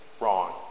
wrong